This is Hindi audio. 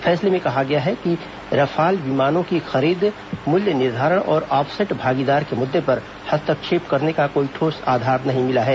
फैसले में कहा गया कि रफाल विमानों की खरीद मूल्य निर्धारण और ऑफसैट भागीदार के मुद्दे पर हस्तक्षेप करने का कोई ठोस आधार नहीं मिला है